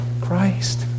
Christ